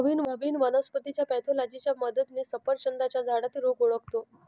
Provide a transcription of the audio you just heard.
प्रवीण वनस्पतीच्या पॅथॉलॉजीच्या मदतीने सफरचंदाच्या झाडातील रोग ओळखतो